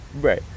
Right